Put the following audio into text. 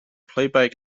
playback